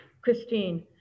Christine